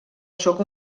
sóc